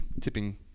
tipping